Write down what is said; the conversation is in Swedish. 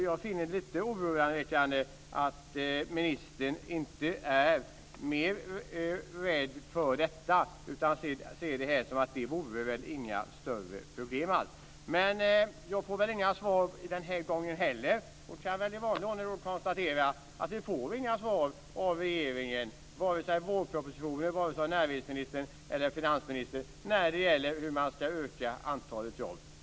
Jag finner det lite oroväckande att ministern inte är mer rädd för detta utan ser det som att det inte är några större problem. Jag får väl inga svar denna gång heller. Jag kan i vanlig ordning konstatera att vi inte får några svar av regeringen - varken i vårpropositionen eller av näringsministern eller finansministern - när det gäller hur man skall öka antalet jobb.